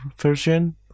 version